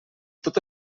tot